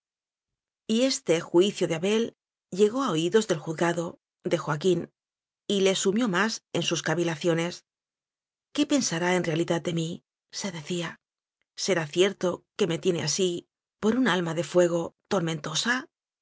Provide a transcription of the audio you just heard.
posta y este juicio de abel llegó a oídos del juz gado de joaquín y le sumió más en sus ca vilaciones qué pensará en realidad de mí se decía será cierto que me tiene así por un alma de fuego tormentosa